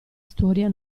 storia